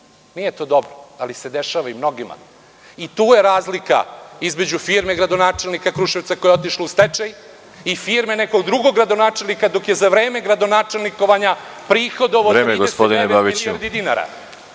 Nije to dobro, ali se dešava mnogima. Tu je razlika između firme gradonačelnika Kruševca koja je otišla u stečaj i firme nekog drugog gradonačelnika, dok je za vreme gradonačelnikovanja prihodovao 39 milijardi